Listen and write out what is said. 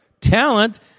talent